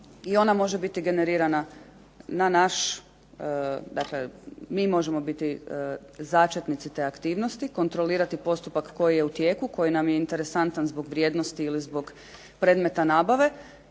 i ona može biti generirana na naš, dakle mi možemo biti začetnici te aktivnosti, kontrolirati postupak koji je u tijeku, koji nam je interesantan zbog vrijednosti ili zbog predmeta nabave